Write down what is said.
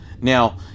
Now